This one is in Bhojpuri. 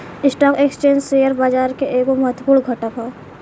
स्टॉक एक्सचेंज शेयर बाजार के एगो महत्वपूर्ण घटक ह